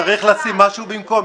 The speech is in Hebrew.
גם בסעיף 6ו- -- צריך לשים משהו במקום.